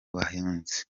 bahinzi